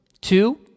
Two